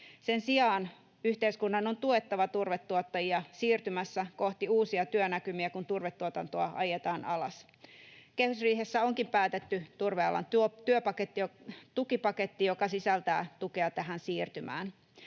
Sen sijaan yhteiskunnan on tuettava turvetuottajia siirtymässä kohti uusia työnäkymiä, kun turvetuotantoa ajetaan alas. Kehysriihessä onkin päätetty turvealan tukipaketti, joka sisältää tukea tähän siirtymään.